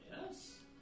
Yes